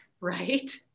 right